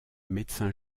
médecin